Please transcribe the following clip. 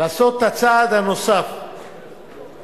לעשות את הצעד הנוסף בחקיקה.